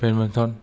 badminton